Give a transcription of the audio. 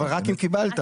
אבל רק אם קיבלת.